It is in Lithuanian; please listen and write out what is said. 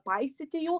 paisyti jų